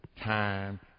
time